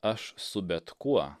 aš su bet kuo